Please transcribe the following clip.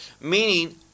meaning